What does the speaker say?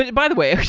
and by the way,